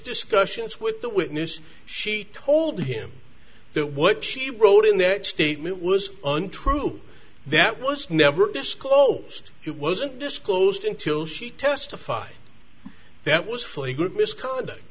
discussions with the witness she told him that what she wrote in their statement was untrue that was never disclosed it wasn't disclosed until she testified that was flagrant misconduct